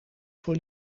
voor